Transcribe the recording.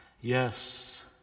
Yes